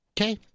Okay